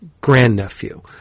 grandnephew